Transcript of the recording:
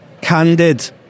candid